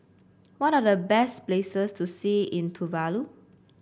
what are the best places to see in Tuvalu